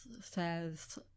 says